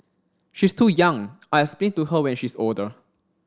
she's too young I'll explain to her when she's older